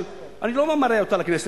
אני לא מראה אותה לכנסת,